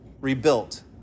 rebuilt